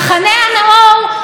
את לא באיזה כנס בחירות.